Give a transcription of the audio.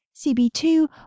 CB2